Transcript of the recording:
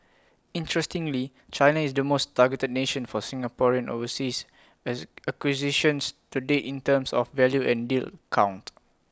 interestingly China is the most targeted nation for Singaporean overseas as acquisitions to date in terms of value and deal count